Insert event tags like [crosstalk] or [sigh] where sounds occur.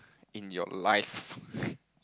in your life [laughs]